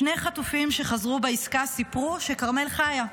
שני חטופים שחזרו בעסקה סיפרו שכרמל חיה.